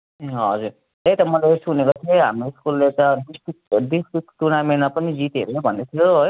ए हजुर त्यही त म त सुनेको थिएँ हाम्रो स्कुलले त डिस्ट्रिक्ट डिस्ट्रिक्ट टुर्नामेन्टमा पनि जित्यो अरे भन्दै थियो हो